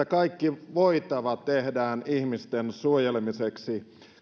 kaikki voitava tehdään ihmisten suojelemiseksi